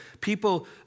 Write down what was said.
people